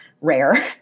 rare